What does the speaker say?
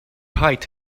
height